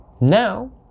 Now